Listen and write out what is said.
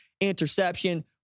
interception